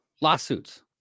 lawsuits